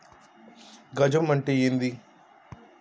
గజం అంటే ఏంది?